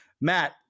Matt